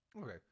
Okay